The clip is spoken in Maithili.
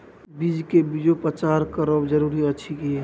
बीज के बीजोपचार करब जरूरी अछि की?